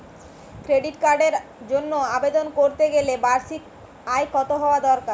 Credit কার্ডের জন্য আবেদন করতে গেলে বার্ষিক আয় কত হওয়া দরকার?